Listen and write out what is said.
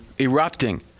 erupting